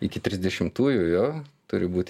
iki trisdešimtųjų jo turi būti